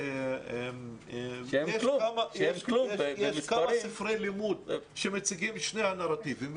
יש כמה ספרי לימוד שמציגים שני הנרטיבים,